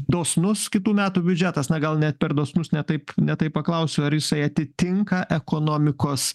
dosnus kitų metų biudžetas na gal ne per dosnus ne taip ne taip paklausiu ar jisai atitinka ekonomikos